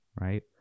Right